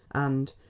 and,